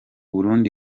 burundi